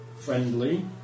friendly